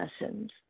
lessons